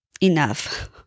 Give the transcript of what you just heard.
enough